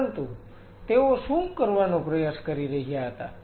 પરંતુ તેઓ શું કરવાનો પ્રયાસ કરી રહ્યા હતા